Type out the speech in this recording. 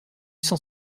cent